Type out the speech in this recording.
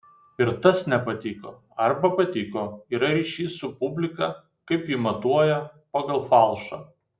ir tas nepatiko arba patiko yra ryšys su publika kaip ji matuoja pagal falšą